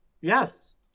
Yes